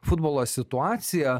futbolo situaciją